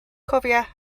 cofia